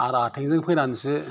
आरो आथिंजोंसो फैनानैसो